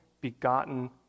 begotten